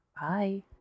Bye